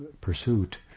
pursuit